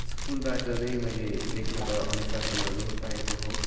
स्कुलबाट नै मैले लेख्न त अनुशासनहरू पाएको हो